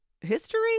history